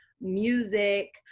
music